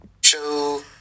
show